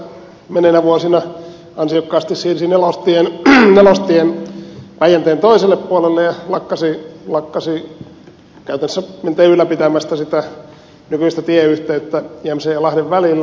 tvl tässä menneinä vuosina ansiokkaasti siirsi nelostien päijänteen toiselle puolelle ja lakkasi käytännössä miltei ylläpitämästä sitä nykyistä tieyhteyttä jämsän ja lahden välillä